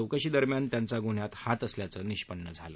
चौकशीदरम्यान त्यांचा गुन्ह्यात हात असल्याचं निष्पन्न झालं